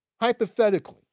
hypothetically